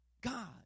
God